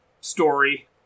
Story